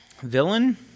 Villain